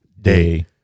Day